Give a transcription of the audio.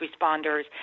responders